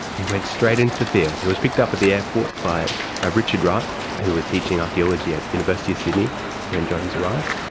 he went straight into the field. he was picked up at the airport by richard wright who was teaching archaeology at the university of sydney when jones arrived,